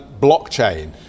blockchain